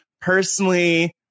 personally